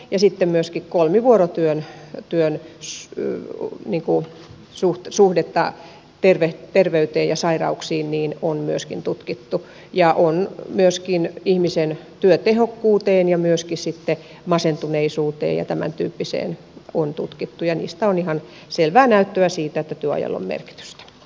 sitten myöskin kolmivuorotyön työn sspn koko nippu suhta suhdetta terveyteen ja sairauksiin on tutkittu ja myöskin suhdetta ihmisen työtehokkuuteen ja myöskin sitten masentuneisuuteen ja tämäntyyppiseen on tutkittu ja niistä on ihan selvää näyttöä siitä että työajalla on merkitystä